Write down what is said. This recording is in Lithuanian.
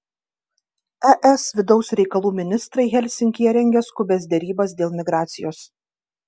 es vidaus reikalų ministrai helsinkyje rengia skubias derybas dėl migracijos